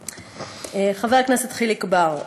חבר הכנסת חיליק בר,